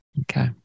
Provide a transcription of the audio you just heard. Okay